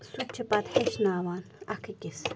سُہ تہِ چھِ پَتہٕ ہیٚچھناوان اَکھ أکِس